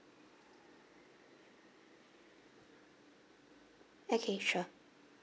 okay sure